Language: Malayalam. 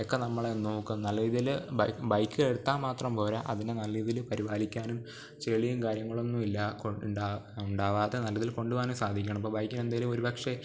ഒക്കെ നമ്മളെ നോക്കുന്ന നല്ല രീതിയിൽ ബൈക്ക് എടുത്താൽ മാത്രം പോര അതിനെ നല്ല രീതിയിൽ പരിപാലിക്കാനും ചെളിയും കാര്യങ്ങളൊന്നും ഇല്ല കുഴപ്പം ഉണ്ട ഉണ്ടാവാതെ നല്ലതിൽ കൊണ്ടു പോവാനും സാധിക്കണം ഇപ്പോൾ ബൈക്കിന് എന്തെങ്കിലും ഒരുപക്ഷേ